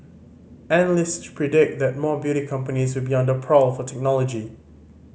analysts predict that more beauty companies will be on the prowl for technology